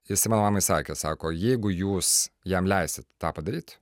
jis mano mamai sakė sako jeigu jūs jam leisit tą padaryt